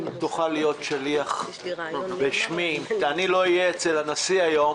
אם תוכל להיות שליח בשמי כי אני לא אהיה אצל הנשיא היום,